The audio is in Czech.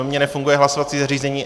Mně nefunguje hlasovací zařízení.